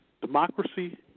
democracy